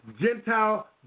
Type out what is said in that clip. Gentile